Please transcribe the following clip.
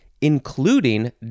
including